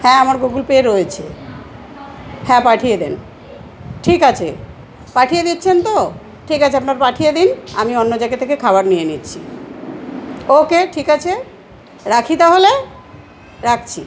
হ্যাঁ আমার Google Pay রয়েছে হ্যাঁ পাঠিয়ে দেন ঠিক আছে পাঠিয়ে দিচ্ছেন তো ঠিক আছে আপনার পাঠিয়ে দিন আমি অন্য জায়গা থেকে খাবার নিয়ে নিচ্ছি ওকে ঠিক আছে রাখি তাহলে রাখছি